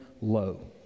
low